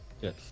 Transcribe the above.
Yes